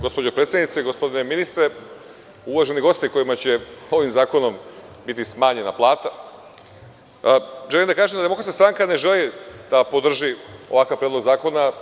Gospođo predsednice, gospodine ministre, uvaženi gosti kojima će ovim zakonom biti smanjena plata, želim da kažem da DS ne želi da podrži ovakav predlog zakona.